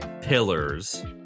pillars